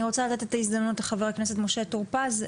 אני רוצה לתת את ההזדמנות לחבר הכנסת משה טור פז,